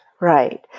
Right